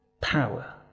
power